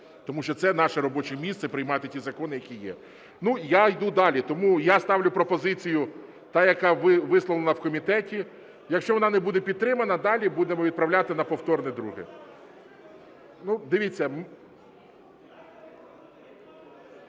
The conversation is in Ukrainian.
тому що це наше робоче місце приймати ті закони, які є. Я йду далі. Тому я ставлю пропозицію та, яка висловлена в комітеті, якщо вона не буде підтримана далі, будемо направляти на повторне друге. Дивіться…